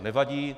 Nevadí.